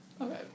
Okay